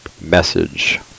message